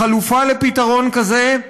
החלופה לפתרון כזה,